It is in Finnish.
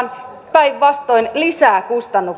päinvastoin lisää kustannuksia